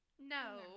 No